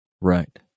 Right